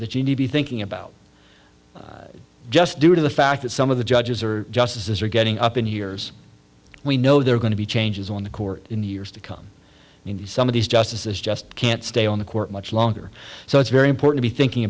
that you need be thinking about just due to the fact that some of the judges are justices are getting up in years we know there are going to be changes on the court in the years to come and some of these justices just can't stay on the court much longer so it's very important be thinking